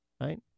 right